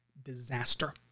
disaster